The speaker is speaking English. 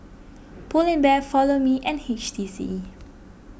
Pull Bear Follow Me and H T C